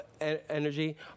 energy